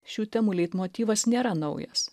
šių temų leitmotyvas nėra naujas